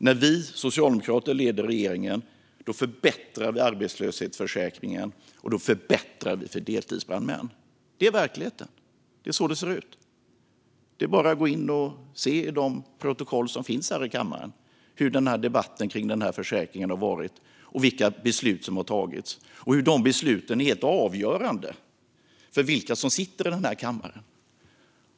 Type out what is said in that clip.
När vi socialdemokrater leder regeringen förbättrar vi arbetslöshetsförsäkringen, och vi förbättrar för deltidsbrandmän. Detta är verkligheten; det är så det ser ut. Det är bara att gå in och titta i de protokoll som finns hur debatten kring den här försäkringen har varit här i kammaren och vilka beslut som har tagits - beslut som helt avgörs av vilka som sitter här i kammaren.